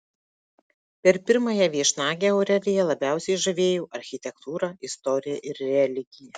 per pirmąją viešnagę aureliją labiausiai žavėjo architektūra istorija ir religija